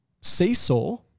seesaw